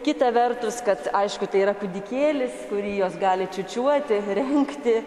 kita vertus kad aišku tai yra kūdikėlis kurį jos gali čiūčiuoti rengti